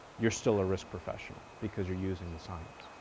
you're still a risk professional because you're using the science.